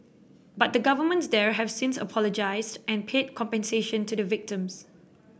but the governments there have since apologised and paid compensation to the victims